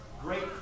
great